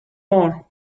more